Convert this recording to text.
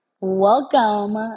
Welcome